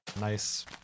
Nice